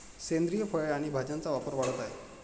सेंद्रिय फळे आणि भाज्यांचा व्यापार वाढत आहे